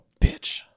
bitch